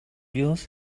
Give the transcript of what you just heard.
yours